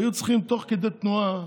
היו צריכים תוך כדי תנועה